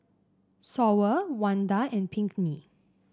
Sawyer Wanda and Pinkney